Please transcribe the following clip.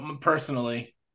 personally